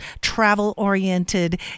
travel-oriented